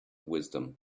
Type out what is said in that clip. wisdom